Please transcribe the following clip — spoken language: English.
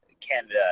Canada